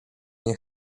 nie